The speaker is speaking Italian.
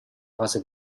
fase